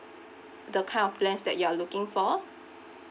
the kind of plans that you are looking for